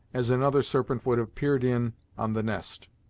as another serpent would have peered in on the nest.